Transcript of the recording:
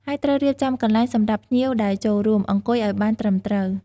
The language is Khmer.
ហើយត្រូវរៀបចំំកន្លែងសម្រាប់ភ្ញៀវដែលចូលរួម អង្គុយអោយបានត្រឹមត្រូវ។